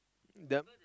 the